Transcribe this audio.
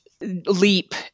leap